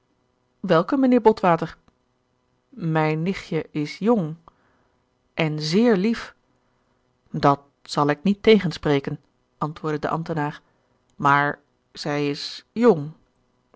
welke mijnheer botwater mijn nichtje is jong en zeer lief dat zal ik niet tegenspreken antwoordde de ambtenaar maar zij is jong